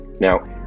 Now